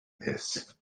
this